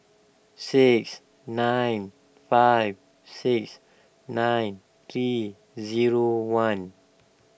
six nine five six nine three zero one